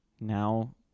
now